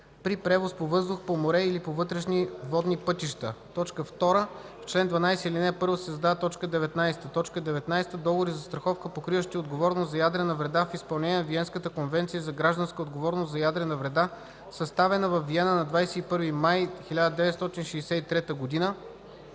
при превоз по въздух, по море или по вътрешни водни пътища.” 2. В чл. 12, ал. 1 се създава т. 19: “19. договори за застраховка, покриващи отговорност за ядрена вреда, в изпълнение на Виенската конвенция за гражданска отговорност за ядрена вреда, съставена във Виена на 21 май 1963 г.